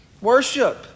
Worship